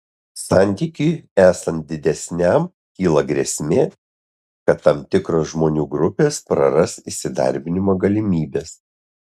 santykiui esant didesniam kyla grėsmė kad tam tikros žmonių grupės praras įsidarbinimo galimybes